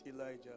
Elijah